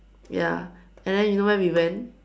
ya and then you know where we went